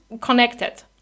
connected